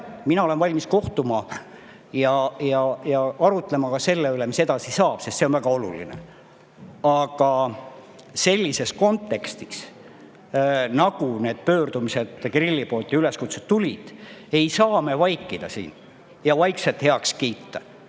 mina olen valmis kohtuma ja arutlema ka selle üle, mis edasi saab, sest see on väga oluline. Aga sellises kontekstis nagu need pöördumised ja üleskutsed Kirillilt tulid, ei saa me siin vaikida ja seda vaikselt heaks kiita.